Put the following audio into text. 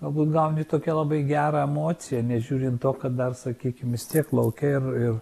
galbūt gauni tokią labai gerą emociją nežiūrint to kad dar sakykim vis tiek lauke ir ir